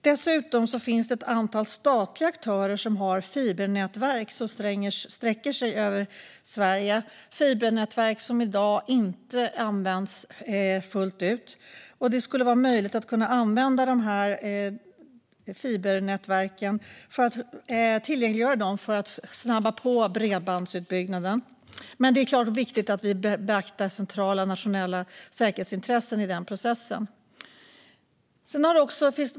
Dessutom har ett antal statliga aktörer fibernätverk som sträcker sig över Sverige och som i dag inte används fullt ut. Det skulle vara möjligt att tillgängliggöra dessa fibernätverk för att snabba på bredbandsutbyggnaden. Men det är såklart viktigt att vi beaktar centrala nationella säkerhetsintressen i den processen.